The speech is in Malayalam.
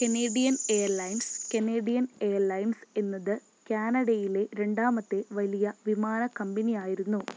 കനേഡിയൻ എയർലൈൻസ് കനേഡിയൻ എയർലൈൻസ് എന്നത് ക്യാനഡയിലെ രണ്ടാമത്തെ വലിയ വിമാന കമ്പനിയായിരുന്നു